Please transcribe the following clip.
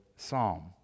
Psalm